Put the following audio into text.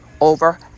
over